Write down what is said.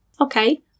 Okay